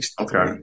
Okay